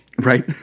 Right